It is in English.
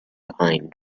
pine